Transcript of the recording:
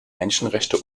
menschenrechte